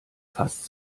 fast